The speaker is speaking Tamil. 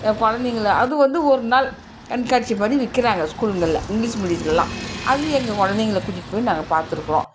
குழந்தைங்கள அது வந்து ஒரு நாள் கண்காட்சி மாதிரி வைக்கிறாங்க ஸ்கூலுங்களில் இங்கிலீஷ் மீடியத்துலலாம் அது எங்கள் குழந்தைங்கள கூட்டிகிட்டு போய் நாங்கள் பார்த்துருக்குறோம்